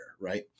right